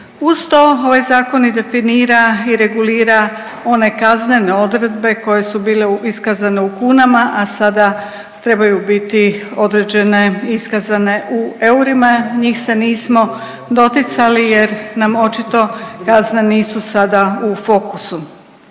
Uz to ovaj zakon i definira i regulira one kaznene odredbe koje su bile iskazane u kunama, a sada trebaju biti određene i iskazane u eurima, njih se nismo doticali jer nam očito kazne nisu sada u fokusu.